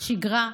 שגרה,